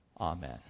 Amen